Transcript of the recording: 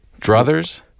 Druthers